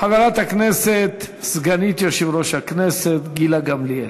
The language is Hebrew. חברת הכנסת סגנית יושב-ראש הכנסת גילה גמליאל.